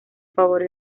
favor